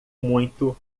muito